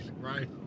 right